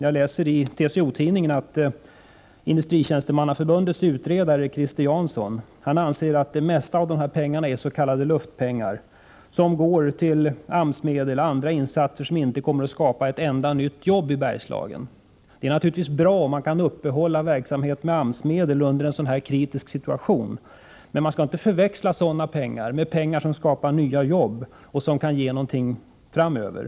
Jag läser i TCO-tidningen att Industritjänstemannaförbundets utredare Christer Jansson anser att det mesta av dessa pengar är s.k. luftpengar. Det är t.ex. AMS-medel och andra insatser som inte kommer att skapa ett enda nytt jobb i Bergslagen. Det är naturligtvis bra om det går att uppehålla verksamhet med AMS-medel i en kritisk situation, men man skall inte förväxla sådana pengar med pengar som skapar nya jobb och kan ge avsättning i framtiden.